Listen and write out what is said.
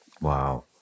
Wow